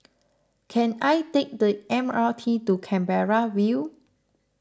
can I take the M R T to Canberra View